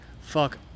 fuck